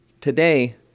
Today